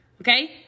okay